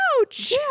ouch